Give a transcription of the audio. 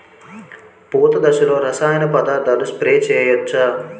పూత దశలో రసాయన పదార్థాలు స్ప్రే చేయచ్చ?